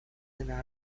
எந்த